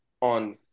on